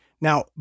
Now